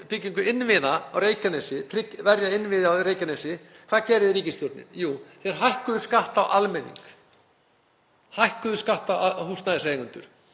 byggingu innviða á Reykjanesi, að verja innviði á Reykjanesi. Hvað gerði ríkisstjórnin? Jú, þeir hækkuðu skatta á almenning, hækkuðu skatta á húsnæðiseigendur,